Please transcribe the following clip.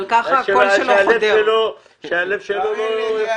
אבל שהלב שלו לא ייפגע.